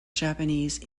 japanese